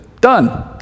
Done